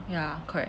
ya correct